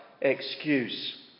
excuse